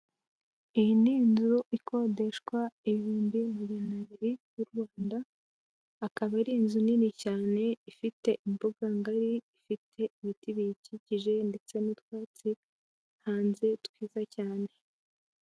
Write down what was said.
Iyi ni inzu ikodeshwa ibihumbi maganabiri y'u Rwanda, akaba ari inzu nini cyane ifite imbuga ngari, ifite ibiti biyikikije ndetse n'utwatsi hanze twiza cyane.